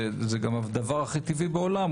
זה גם דבר הכי טבעי בעולם,